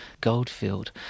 goldfield